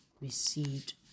received